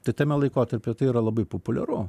tai tame laikotarpyje tai yra labai populiaru